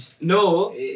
no